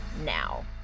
now